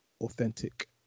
authentic